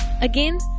Again